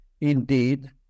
indeed